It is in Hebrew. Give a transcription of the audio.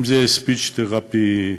אם זה speech therapy,